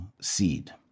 seed